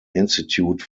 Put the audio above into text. institute